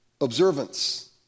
observance